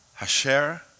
Hasher